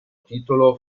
titolo